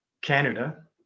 Canada